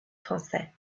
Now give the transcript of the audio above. français